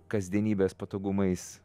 kasdienybės patogumais